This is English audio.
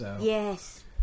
Yes